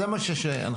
זה מה שאנחנו שואלים.